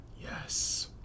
Yes